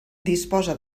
disposa